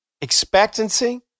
expectancy